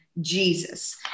Jesus